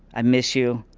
i miss you.